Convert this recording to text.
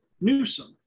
Newsom